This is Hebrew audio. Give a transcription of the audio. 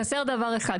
חסר דבר אחד,